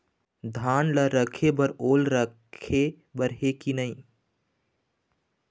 धान ला रखे बर ओल राखे बर हे कि नई?